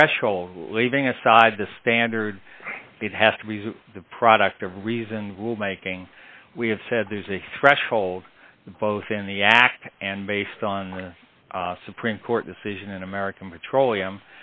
threshold leaving aside the standard it has to be the product of reason rulemaking we have said there's a threshold both in the act and based on the supreme court decision in american petroleum